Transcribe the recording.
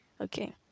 okay